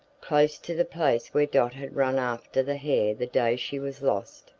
close to the place where dot had run after the hare the day she was lost,